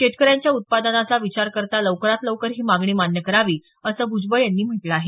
शेतकऱ्यांच्या उत्पादनाचा विचार करता लवकरात लवकर ही मागणी मान्य करावी असं भूजबळ यांनी म्हटलं आहे